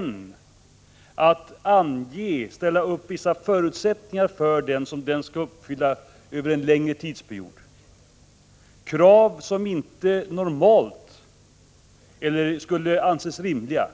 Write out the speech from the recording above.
Man kan ställa upp vissa förutsättningar som det företaget skall uppfylla under en längre tidsperiod, krav som inte normalt skulle anses rimliga.